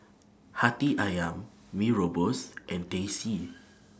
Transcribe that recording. Hati Ayam Mee Rebus and Teh C